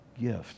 gift